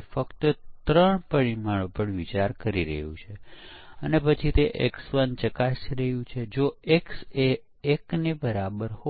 ખૂબ નાની સમસ્યાઓ હોય તો પણ ભૂલો હાજર હોય છે